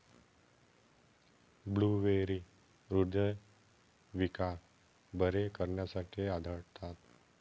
blueberry हृदयविकार बरे करण्यासाठी आढळतात